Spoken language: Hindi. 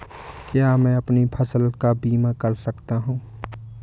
क्या मैं अपनी फसल का बीमा कर सकता हूँ?